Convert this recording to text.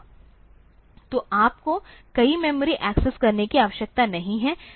तो आपको कई मेमोरी एक्सेस करने की आवश्यकता नहीं है